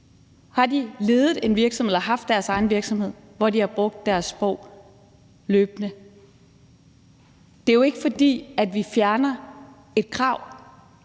haft deres egen virksomhed, hvor de løbende har brugt deres sprog? Det er jo ikke sådan, at vi fjerner et krav.